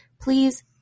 please